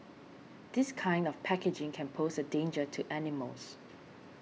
this kind of packaging can pose a danger to animals